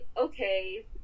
okay